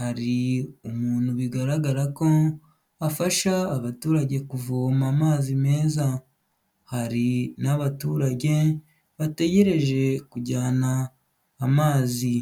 Hari umuntu bigaragara ko afasha abaturage kuvoma amazi meza. Hari n'abaturage bategereje kujyana amazi.